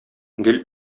гел